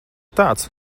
tāds